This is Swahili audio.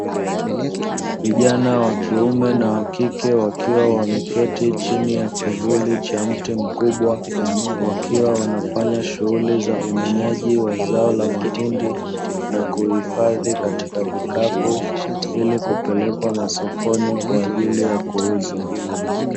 Vijana wa kiume na wa kike wakiwa wameketi chini ya kivuli cha mti mkubwa, wakiwa wanafanya shughuli za umenyaji wa zao la mahindi na kuhifadhi katika vikapu, ili kupelekwa sokoni kwa ajili ya kuuzwa.